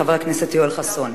חבר הכנסת יואל חסון,